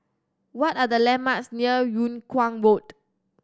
what are the landmarks near Yung Kuang Road